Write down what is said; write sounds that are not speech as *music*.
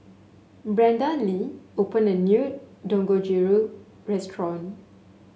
Brandee *unintelligible* opened a new Dangojiru Restaurant